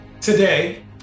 Today